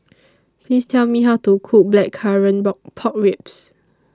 Please Tell Me How to Cook Blackcurrant Pork Ribs